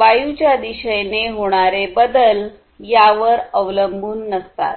वायूच्या दिशेने होणारे बदल यावर अवलंबून नसतात